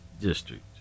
District